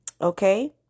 okay